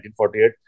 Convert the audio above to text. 1948